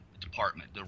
department